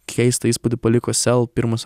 keistą įspūdį paliko sel pirmas